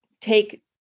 take